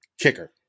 Kicker